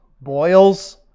Boils